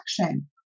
action